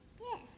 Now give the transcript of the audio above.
Yes